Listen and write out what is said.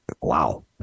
Wow